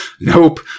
Nope